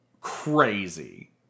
crazy